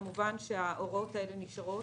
וכמובן שההוראות האלה נשארות.